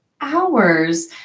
hours